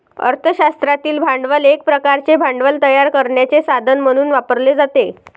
अर्थ शास्त्रातील भांडवल एक प्रकारचे भांडवल तयार करण्याचे साधन म्हणून वापरले जाते